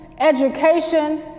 education